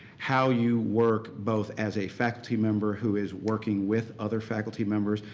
how you work, both as a faculty member who is working with other faculty members,